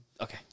Okay